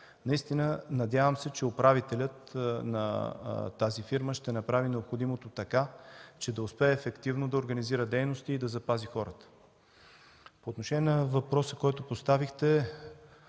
състава. Надявам се, че управителят на тази фирма ще направи необходимото така, че да успее ефективно да организира дейности и да запази хората. По отношение на въпроса, който поставихте.